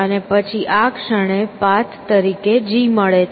અને પછી આ ક્ષણે પાથ તરીકે G મળે છે